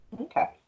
Okay